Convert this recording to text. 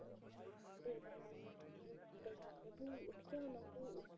بَس بیٚیہِ دۅہ أنۍ مےٚ بیٚیہِ دۄہ اوٚن مےٚ بوٗٹھ کیٛاہ اوٚنُم بوٗٹھ